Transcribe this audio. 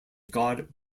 god